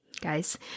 guys